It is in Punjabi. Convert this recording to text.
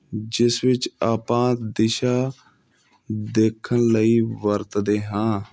ਜਿਸ ਵਿੱਚ ਆਪਾਂ ਦਿਸ਼ਾ ਦੇਖਣ ਲਈ ਵਰਤਦੇ ਹਾਂ